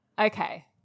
okay